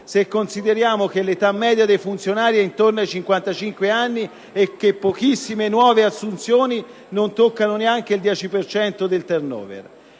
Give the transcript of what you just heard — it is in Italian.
si considera che l'età media dei funzionari è intorno ai 55 anni e che le pochissime nuove assunzioni non coprono neanche il 10 per cento